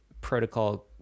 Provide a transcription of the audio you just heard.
protocol